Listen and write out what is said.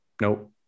nope